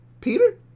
Peter